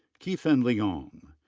qifeng liang. um